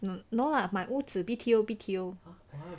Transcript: no lah 买屋子 B_T_O B_T_O